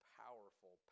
powerful